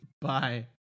Bye